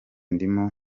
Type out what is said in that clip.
ndimo